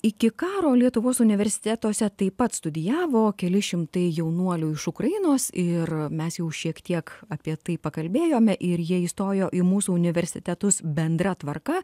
iki karo lietuvos universitetuose taip pat studijavo keli šimtai jaunuolių iš ukrainos ir mes jau šiek tiek apie tai pakalbėjome ir jie įstojo į mūsų universitetus bendra tvarka